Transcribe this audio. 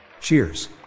Cheers